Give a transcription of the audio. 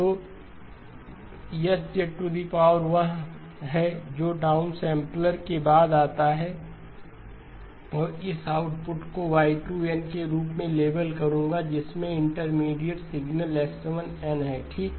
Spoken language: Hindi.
तो H वह है जो डाउनसैंपलर के बाद आता है और इस आउटपुट को मैं Y2 n के रूप में लेबल करूंगा जिसमें इंटरमीडिएट सिग्नल X1 n है ठीक